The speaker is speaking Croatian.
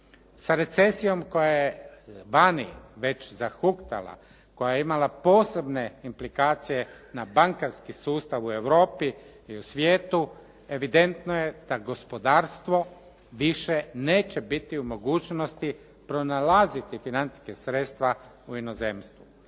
Sa recesijom koja je vani već zahuktala, koja je imala posebne implikacije na bankarski sustav u Europi i u svijetu evidentno je da gospodarstvo više neće biti u mogućnosti pronalaziti financijska sredstva u inozemstvu.